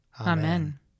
Amen